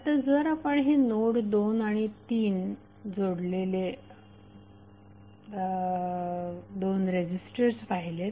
आता जर आपण हे नोड 2 आणि नोड 3 जोडलेले दोन इंडक्टर्स आणि दोन्ही रेझिस्टर्स पाहिलेत